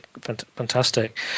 fantastic